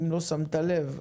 אם לא שמת לב,